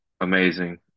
amazing